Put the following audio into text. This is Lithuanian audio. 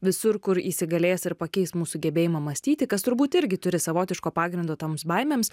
visur kur įsigalės ir pakeis mūsų gebėjimą mąstyti kas turbūt irgi turi savotiško pagrindo toms baimėms